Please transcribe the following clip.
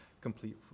complete